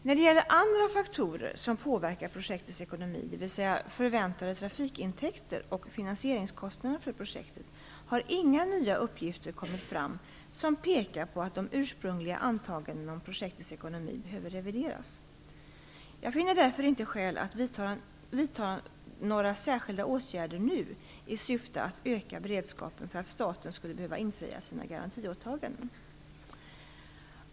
När det gäller andra faktorer som påverkar projektets ekonomi, dvs. förväntade trafikintäkter och finansieringskostnaden för projektet, har inga nya uppgifter kommit fram som pekar på att de ursprungliga antagandena om projektets ekonomi behöver revideras. Jag finner därför inte skäl att vidta några särskilda åtgärder nu i syfte att öka beredskapen för att staten skulle behöva infria sina garantiåtaganden.